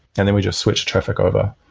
and then we just switched traffic over.